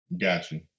Gotcha